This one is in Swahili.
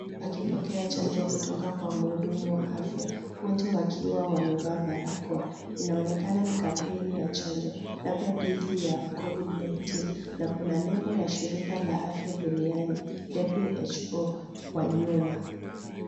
Akipokea chanjo kutoka kwa mhudumu wa afya, wote wakiwa wamevaa barakoa. Inaonekana ni kampeni ya chanjo, labda dhidi ya Covid 19,na kuna nembo ya shirika la afya duniani, WHO kwa nyuma.